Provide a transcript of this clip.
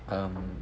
um